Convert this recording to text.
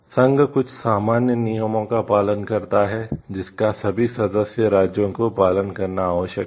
संघ कुछ सामान्य नियमों का पालन करता है जिसका सभी सदस्य राज्यों को पालन करना आवश्यक है